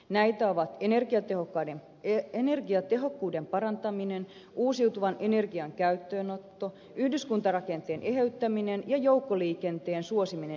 näitä ovat energiatehokkuuden parantaminen uusiutuvan energian käyttöönotto yhdyskuntarakenteen eheyttäminen ja joukkoliikenteen suosiminen yksityisautoilun sijaan